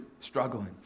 struggling